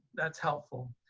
that's helpful.